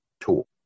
tool